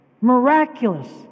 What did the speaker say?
Miraculous